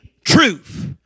truth